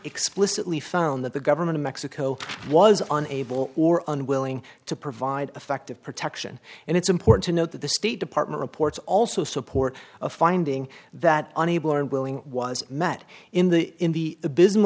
explicitly found that the government of mexico was unable or unwilling to provide effective protection and it's important to note that the state department reports also support a finding that unable or unwilling was met in the in the